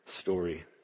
story